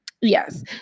Yes